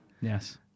Yes